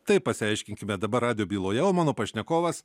tai pasiaiškinkime dabar rado byloje o mano pašnekovas